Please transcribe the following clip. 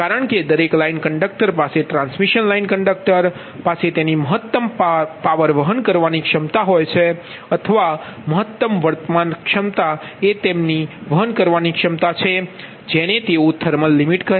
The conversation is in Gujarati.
કારણ કે દરેક લાઇન કંડક્ટર પાસે ટ્રાન્સમિશન લાઇન કંડક્ટર પાસે તેની મહત્તમ પાવર વહન કરવાની ક્ષમતા હોય છે અથવા મહત્તમ વર્તમાન વહન ક્ષમતા છે જેને તેઓ થર્મલ લિમિટ કહે છે